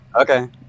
Okay